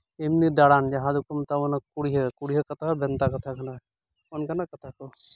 ᱮᱢᱱᱤ ᱫᱟᱬᱟᱱ ᱡᱟᱦᱟᱸ ᱫᱚᱠᱚ ᱢᱮᱛᱟᱵᱚᱱᱟ ᱠᱩᱲᱭᱟᱹ ᱠᱩᱲᱭᱟᱹ ᱠᱟᱛᱷᱟ ᱦᱚᱸ ᱵᱷᱮᱱᱛᱟ ᱠᱟᱛᱷᱟ ᱠᱟᱱᱟ ᱚᱱᱠᱟᱱᱟᱜ ᱠᱟᱛᱷᱟ ᱠᱚ